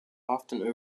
often